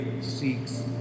seeks